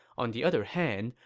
on the other hand,